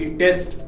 test